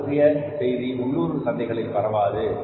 இது பற்றிய செய்தி உள்ளூர் சந்தைகளில் பரவாது